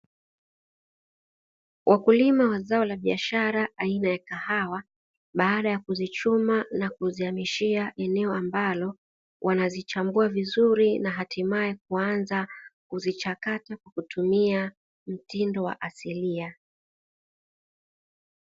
Wakulima wa zao la biashara aina ya kahawa baada ya kuzichuma na kuzihamishia eneo ambalo wanazichambuwa vizuri na hatimaye kuanza kuzichakata kwa kutumia mtindo wa asilia.